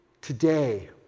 today